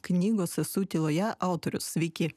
knygos esu tyloje autorius sveiki